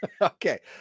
Okay